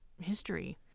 history